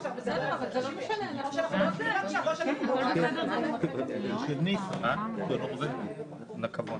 לצערי הרב נשארנו באותה נקודה.